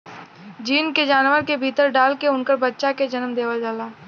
gene के जानवर के भीतर डाल के उनकर बच्चा के जनम देवल जाला